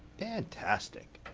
fantastic.